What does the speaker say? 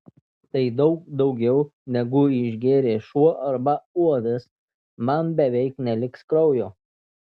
tai daug daugiau negu išgėrė šuo arba uodas man beveik neliks kraujo